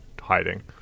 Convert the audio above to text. hiding